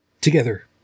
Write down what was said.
together